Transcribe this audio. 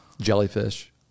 Jellyfish